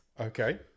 Okay